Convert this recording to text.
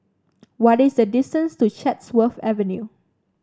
what is the distance to Chatsworth Avenue